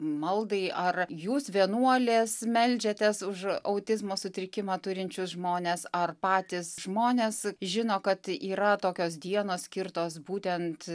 maldai ar jūs vienuolės meldžiatės už autizmo sutrikimą turinčius žmones ar patys žmonės žino kad yra tokios dienos skirtos būtent